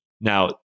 Now